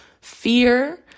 fear